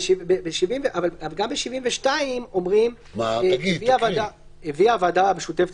גם בסעיף 72 אומרים: הביאה הוועדה המשותפת